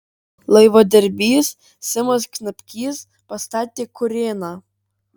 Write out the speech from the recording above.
laivadirbys simas knapkys pastatė kurėną